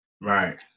right